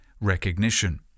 recognition